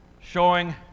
showing